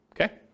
okay